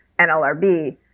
NLRB